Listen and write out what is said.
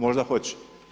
Možda hoće.